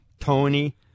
Tony